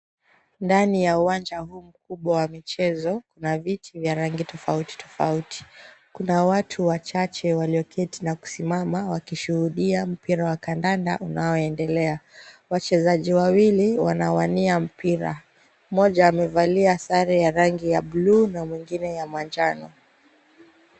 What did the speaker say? Ndani ya uwanja huu mkubwa wa michezo, kuna viti vya rangi tofauti tofauti, kuna watu wachache wameketi na kusimama wakishuhudia mpira wa kandanda unaoendelea, wachezaji wawili wanawania mpira, mmoja amevalia sare ya rangi ya buluu na mwingine ya manjano.